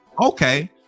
Okay